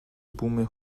بوم